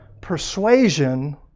persuasion